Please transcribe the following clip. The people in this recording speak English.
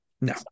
No